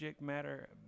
matter